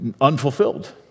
unfulfilled